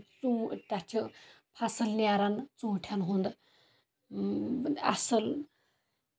تَتھ چھِ فَصٕل نیران ژوٗنٛٹھٮ۪ن ہُنٛد اَصٕل